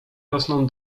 rosną